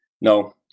No